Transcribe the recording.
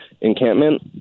encampment